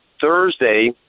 Thursday